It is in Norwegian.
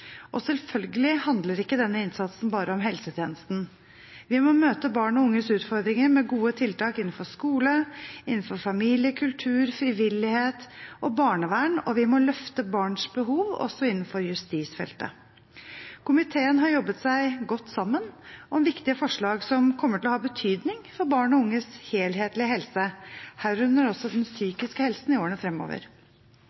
Og selvfølgelig handler ikke denne innsatsen bare om helsetjenesten. Vi må møte barn og unges utfordringer med gode tiltak innenfor skole, innenfor familie, kultur, frivillighet og barnevern, og vi må løfte barns behov også innenfor justisfeltet. Komiteen har jobbet seg godt sammen om viktige forslag som kommer til å ha betydning for barn og unges helhetlige helse, herunder også den